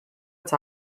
its